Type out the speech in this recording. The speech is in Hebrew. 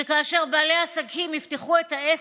שכאשר בעלי עסקים יפתחו את העסק,